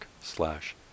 slash